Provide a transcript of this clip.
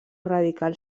radical